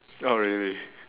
not really